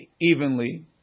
evenly